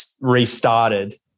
Restarted